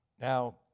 Now